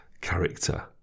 character